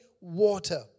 water